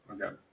okay